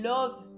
Love